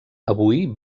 avui